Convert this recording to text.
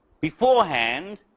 beforehand